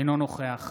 אינו נוכח